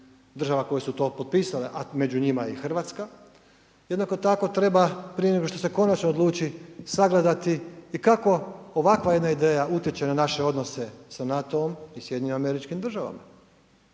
država koje su to potpisale, a među njima je i Hrvatska, jednako tako treba prije nego se konačno odluči sagledati i kako ovakva jedna ideja utječe na naše odnose sa NATO-om i SAD-om, koliko je